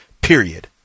period